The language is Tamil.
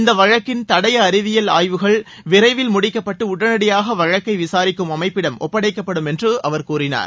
இந்த வழக்கின் தடய அறிவியல் ஆய்வுகள் விரைவில் முடிக்கப்பட்டு உடனடியாக வழக்கை விசாரிக்கும் அமைப்பிடம் ஒப்படைக்கப்படும் என்று அவர் கூறினார்